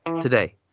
today